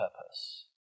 purpose